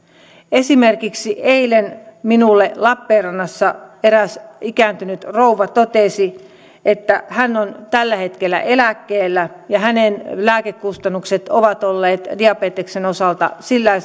esimerkiksi eilen minulle lappeenrannassa eräs ikääntynyt rouva totesi että hän on tällä hetkellä eläkkeellä ja hänen lääkekustannukset ovat olleet diabeteksen osalta